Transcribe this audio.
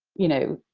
you know,